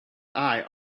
eye